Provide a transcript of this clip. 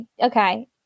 Okay